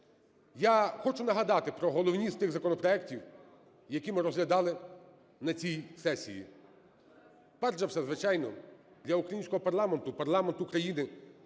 Я хочу нагадати про головні з тих законопроектів, які ми розглядали на цій сесії. Перш за все, звичайно, для українського парламенту, парламенту країни,